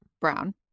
brown